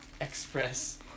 express